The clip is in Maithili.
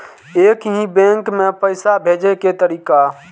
एक ही बैंक मे पैसा भेजे के तरीका?